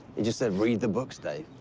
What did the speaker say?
he just said read the books, dave.